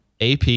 AP